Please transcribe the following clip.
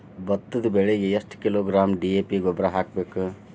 ಭತ್ತದ ಬೆಳಿಗೆ ಎಷ್ಟ ಕಿಲೋಗ್ರಾಂ ಡಿ.ಎ.ಪಿ ಗೊಬ್ಬರ ಹಾಕ್ಬೇಕ?